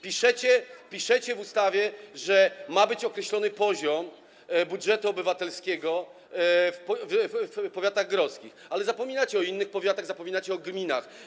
Piszecie w ustawie, że ma być określony poziom budżetu obywatelskiego w powiatach grodzkich, ale zapominacie o innych powiatach, zapominacie o gminach.